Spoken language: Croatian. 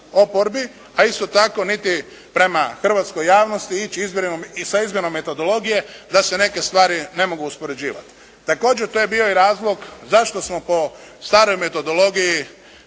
a isto tako niti prema hrvatskoj javnosti ići sa izmjenom metodologije da se neke stvari ne mogu uspoređivati. Također to je bio razlog zašto smo po staroj metodologiji